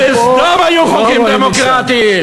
גם בסדום היו חוקים דמוקרטיים.